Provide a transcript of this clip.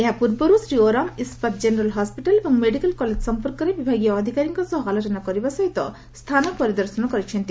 ଏହା ପୂର୍ବରୁ Shri Oram Ispat general hospital ଏବଂ ମେଡିକାଲ କଲେଜ ସମ୍ପର୍କରେ ବିଭାଗୀୟ ଅଧିକାରୀଙ୍କ ସହ ଆଲୋଚନା କରିବା ସହିତ ସ୍ଚାନ ପରିଦର୍ଶନ କରିଛନ୍ତି